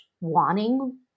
wanting